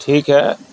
ٹھیک ہے